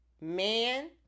man